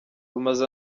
rumaze